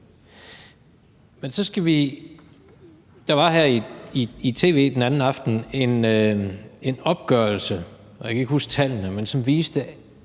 samfundsproblem. Der var her i tv den anden aften en opgørelse, og jeg kan ikke huske tallene, men som viste,